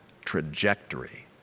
trajectory